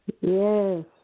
Yes